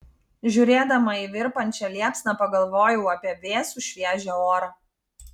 žiūrėdama į virpančią liepsną pagalvojau apie vėsų šviežią orą